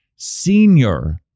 Senior